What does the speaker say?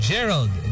Gerald